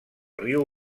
riu